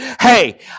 hey